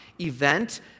event